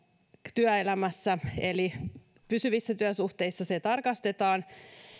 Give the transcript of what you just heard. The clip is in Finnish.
työelämässä pysyvissä työsuhteissa rikosselvitysote tarkastetaan